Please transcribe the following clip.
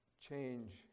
Change